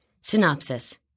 Synopsis